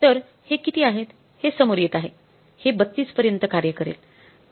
तर हे किती आहे हे समोर येत आहे हे 32 पर्यंत कार्य करेल